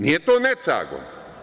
Nije to netragom.